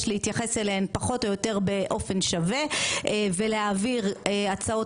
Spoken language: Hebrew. להתייחס אליהן פחות או יותר באופן שווה ולהעביר הצעות